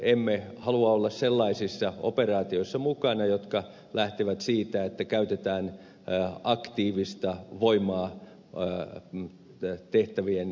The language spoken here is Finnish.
emme halua olla sellaisissa operaatioissa mukana jotka lähtevät siitä että käytetään aktiivista voimaa tehtävien toteuttamiseksi